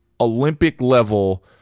Olympic-level